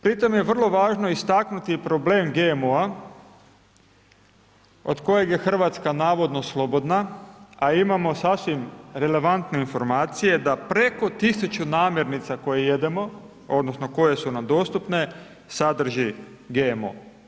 Pitanje je vrlo važno istaknuti problem GMO-a, od kojeg je Hrvatska navodno slobodna, a imamo sasvim relevantne informacije, da preko 1000 namjernica koje jedemo, odnosno, koje su nam dostupne, sadrži GMO.